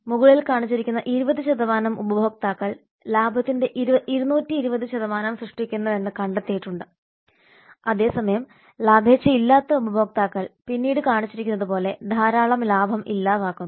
മുകളിൽ കാണിച്ചിരിക്കുന്ന 20 ഉപഭോക്താക്കൾ ലാഭത്തിന്റെ 220 സൃഷ്ടിക്കുന്നുവെന്ന് കണ്ടെത്തിയിട്ടുണ്ട് അതേസമയം ലാഭേച്ഛയില്ലാത്ത ഉപഭോക്താക്കൾ പിന്നീട് കാണിച്ചിരിക്കുന്നതുപോലെ ധാരാളം ലാഭം ഇല്ലാതാക്കുന്നു